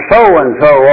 So-and-so